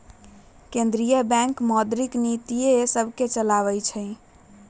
केंद्रीय बैंक मौद्रिक नीतिय सभके चलाबइ छइ